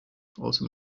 also